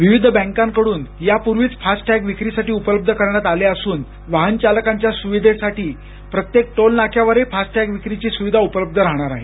विविध बँकांकडून यापूर्वीच फास्ट टॅग विक्रीसाठी उपलब्ध करण्यात आले असून वाहनचालकांच्या सुविधेसाठी प्रत्येक टोल नाक्यावरही फास्ट टॅग विक्रीची सुविधा उपलब्ध राहणार आहे